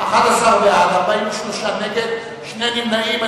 11 בעד, 42 נגד, שני נמנעים.